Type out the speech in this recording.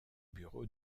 bureau